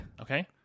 Okay